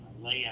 layout